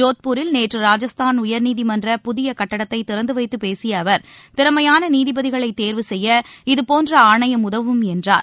ஜோத்பூரில் நேற்று ராஜஸ்தான் உயர்நீதிமன்ற புதிய கட்டடத்தை திறந்து வைத்து பேசிய அவர் திறமையான நீதிபதிகளை தேர்வு செய்ய இதுபோன்ற ஆணையம் உதவும் என்றார்